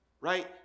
right